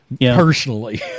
personally